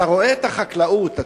רואה את החקלאות,